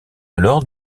alors